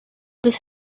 das